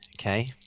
Okay